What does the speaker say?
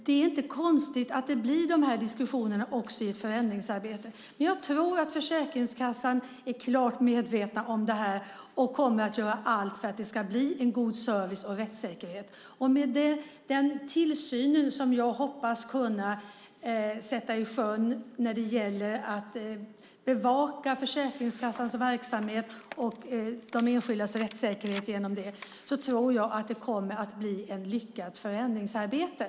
Det är inte konstigt att dessa diskussioner uppstår vid ett förändringsarbete. Jag tror dock att Försäkringskassan är klart medveten om detta och kommer att göra allt för att det ska bli en god service och rättssäkerhet. Med den tillsyn och bevakning av Försäkringskassans verksamhet och de enskildas rättssäkerhet som jag hoppas kunna sätta i sjön tror jag att det kommer att bli ett lyckat förändringsarbete.